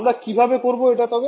আমরা কিভাবে করবো এটা তবে